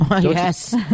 Yes